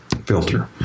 filter